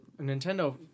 Nintendo